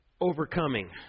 overcoming